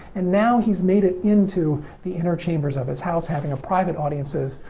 and now he's made it into the inner chambers of his house. having a private audiences,